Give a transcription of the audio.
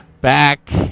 back